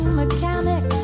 mechanic